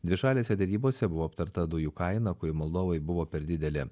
dvišalėse derybose buvo aptarta dujų kaina kuri moldovai buvo per didelė